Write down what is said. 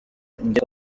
njye